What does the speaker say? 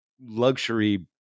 luxury